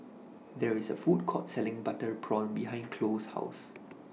There IS A Food Court Selling Butter Prawn behind Chloe's House